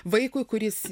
vaikui kuris